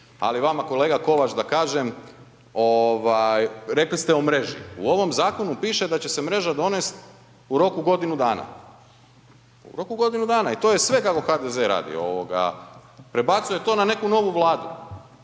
ali vama kolega Kovač da kažem ovaj, rekli ste o mreži, u ovom zakonu piše da će se mreža donest u roku godinu dana, u roku godinu dana i to je sve kako HDZ radi ovoga prebacuje to na neku novu Vladu,